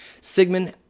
Sigmund